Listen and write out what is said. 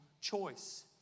choice